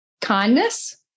Kindness